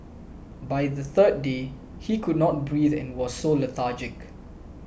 by the third day he could not breathe and was so lethargic